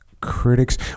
critics